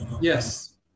Yes